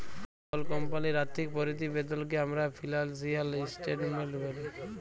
call কমপালির আথ্থিক পরতিবেদলকে আমরা ফিলালসিয়াল ইসটেটমেলট ব্যলি